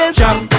jump